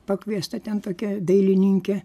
pakviesta ten tokia dailininkė